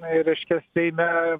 na ir reiškia seime